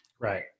Right